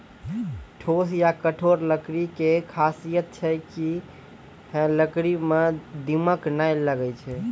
ठोस या कठोर लकड़ी के खासियत छै कि है लकड़ी मॅ दीमक नाय लागैय छै